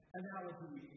analogy